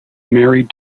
married